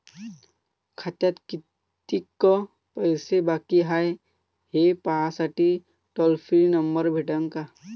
खात्यात कितीकं पैसे बाकी हाय, हे पाहासाठी टोल फ्री नंबर भेटन का?